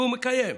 והוא מקיים,